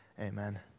amen